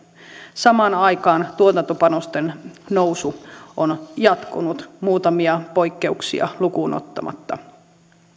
samaan aikaan tuotantopanosten nousu on jatkunut muutamia poikkeuksia lukuun ottamatta